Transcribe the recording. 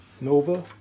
Nova